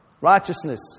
Righteousness